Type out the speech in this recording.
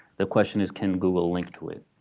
the question is can google link to it.